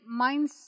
mindset